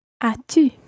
As-tu